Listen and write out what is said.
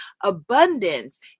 Abundance